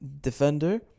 Defender